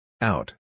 Out